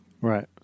Right